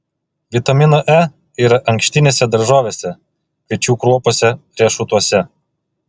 vitamino e yra ankštinėse daržovėse kviečių kruopose riešutuose